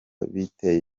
biteye